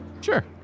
Sure